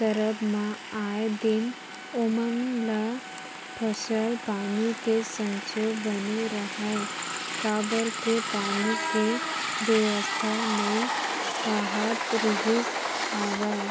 करब म आए दिन ओमन ल फसल पानी के संसो बने रहय काबर के पानी के बेवस्था नइ राहत रिहिस हवय